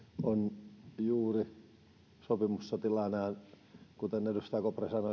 on juuri sopimussotilaana ja kuten edustaja kopra sanoi se on hyvä